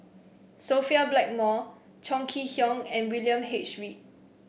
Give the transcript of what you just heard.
Sophia Blackmore Chong Kee Hiong and William H Read